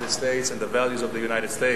States and the values of the United States.